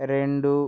రెండు